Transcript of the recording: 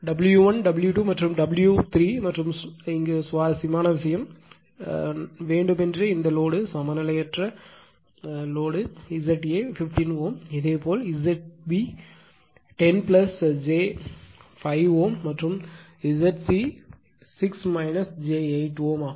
W1 W 2 மற்றும் W 3 மற்றும் சுவாரஸ்யமான விஷயம் வேண்டுமென்றே இந்த லோடு சமநிலையற்ற Za 15 Ω இதேபோல் Zb 10 j 5 Ω மற்றும் Zc 6 j 8 Ω ஆகும்